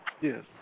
Yes